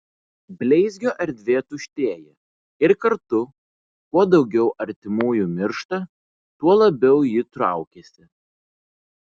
bleizgio erdvė tuštėja ir kartu kuo daugiau artimųjų miršta tuo labiau ji traukiasi